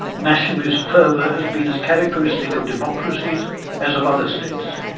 nationalist fervour has been as characteristic of democracies as of other states,